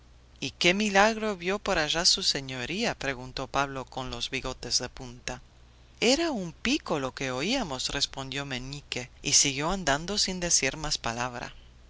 y qué milagro vio por allá su señoría preguntó pablo con los bigotes de punta era un pico lo que oímos respondió meñique y siguió andando sin decir más palabra